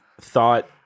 thought